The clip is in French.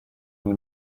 n’y